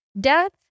death